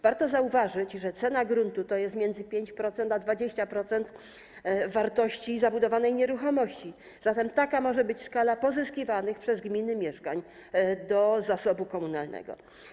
Warto zauważyć, że cena gruntu to jest między 5% a 20% wartości zabudowanej nieruchomości, zatem taka może być skala pozyskiwanych przez gminy mieszkań do zasobu komunalnego.